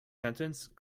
sentence